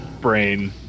brain